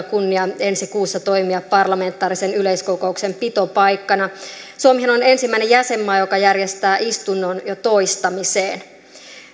kunnia ensi kuussa toimia parlamentaarisen yleiskokouksen pitopaikkana suomihan on ensimmäinen jäsenmaa joka järjestää istunnon jo toistamiseen